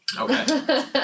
Okay